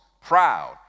proud